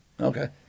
Okay